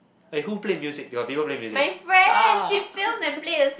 eh who played music you got people play music ah ah